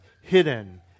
hidden